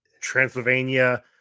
Transylvania